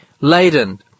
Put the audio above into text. laden